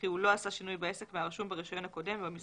וכי הוא לא עשה שינוי בעסק והרשום ברישיון הקודם והמסמכים